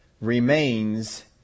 remains